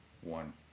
One